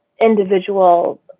individual